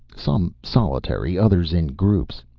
some solitary, others in groups.